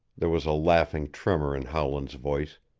there was a laughing tremor in howland's voice.